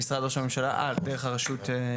אה, דרך הרשות.